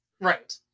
Right